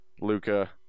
Luca